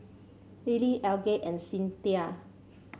Lily Algie and Cinthia